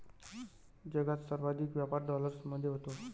जगात सर्वाधिक व्यापार डॉलरमध्ये होतो